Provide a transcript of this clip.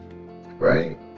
Right